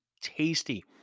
tasty